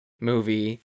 movie